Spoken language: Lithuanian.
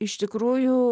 iš tikrųjų